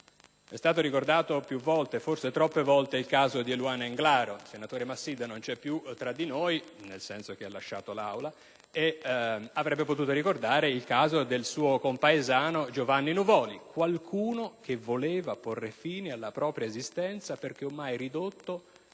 È stato ricordato più volte, forse troppe volte, il caso di Eluana Englaro. Il collega Massidda non è più tra noi, nel senso che ha lasciato l'Aula, ma avrebbe potuto ricordare il caso del suo compaesano Giovanni Nuvoli, qualcuno che voleva porre fine alla sua esistenza, perché ormai ridotto